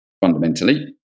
fundamentally